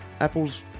Apples